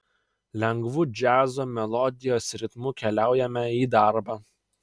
lengvu džiazo melodijos ritmu keliaujame į darbą